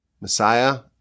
Messiah